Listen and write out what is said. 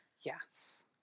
Yes